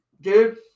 dude